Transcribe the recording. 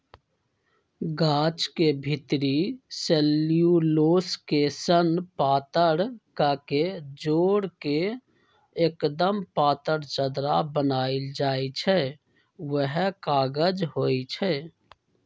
गाछ के भितरी सेल्यूलोस के सन पातर कके जोर के एक्दम पातर चदरा बनाएल जाइ छइ उहे कागज होइ छइ